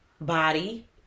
Body